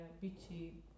Beachy